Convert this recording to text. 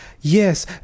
Yes